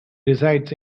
resides